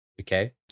Okay